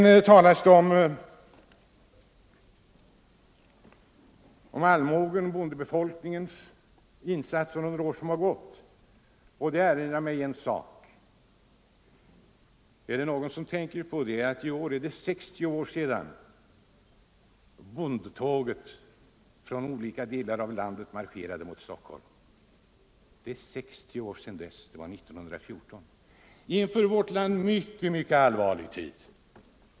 Här har talats om allmogen, bondebefolkningens insatser under år som har gått. Det påminner mig om att det i år är 60 år sedan bondetåget från olika delar av landet marscherade mot Stockholm. Det var 1914, en för vårt land mycket allvarlig tid.